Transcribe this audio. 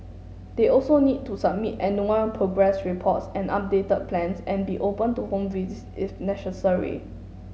they also need to submit annual progress reports and updated plans and be open to home visits if necessary